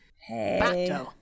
Hey